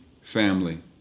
family